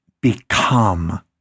become